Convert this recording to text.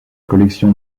collection